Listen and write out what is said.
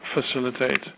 facilitate